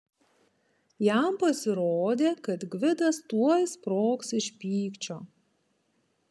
jam pasirodė kad gvidas tuoj sprogs iš pykčio